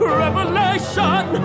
revelation